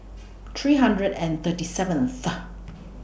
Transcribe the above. three hundred and thirty seventh